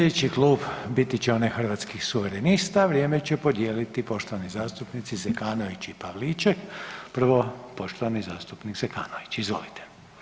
Sljedeći klub biti će onaj Hrvatskih suverenista, vrijeme će podijeliti poštovani zastupnik Zekanović i Pavliček, prvo poštovani zastupnik Zekanović, izvolite.